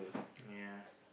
ya